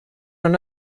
and